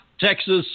Texas